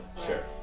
Sure